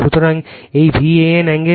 সুতরাং এই VAN এ্যাঙ্গেলটিও Z Y Z এ্যাঙ্গেল